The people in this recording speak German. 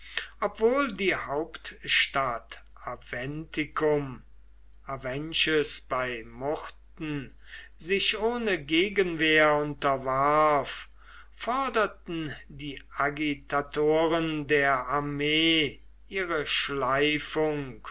obwohl die hauptstadt aventicum avenches bei murten sich ohne gegenwehr unterwarf forderten die agitatoren der armee ihre schleifung